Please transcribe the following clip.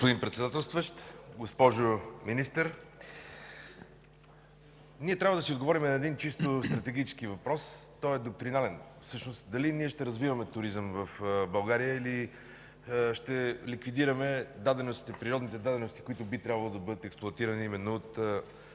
господин Председателстващ. Госпожо Министър, ние трябва да си отговорим на един чисто стратегически въпрос, той е доктринален: дали ще развиваме туризъм в България, или ще ликвидираме природните дадености, които би трябвало да бъдат експлоатирани именно от